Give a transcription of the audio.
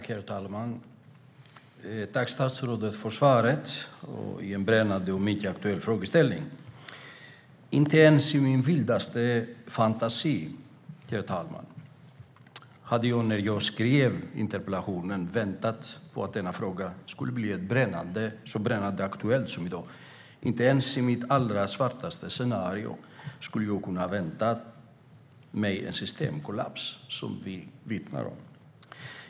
Herr talman! Jag tackar statsrådet för svaret i en brännande och mycket aktuell frågeställning. När jag skrev interpellationen, herr talman, hade jag inte ens i min vildaste fantasi väntat mig att denna fråga skulle bli så brännande aktuell som den i dag är. Inte ens i mitt allra svartaste scenario skulle jag ha kunnat vänta mig en sådan systemkollaps som den vi nu kan bevittna.